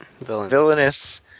Villainous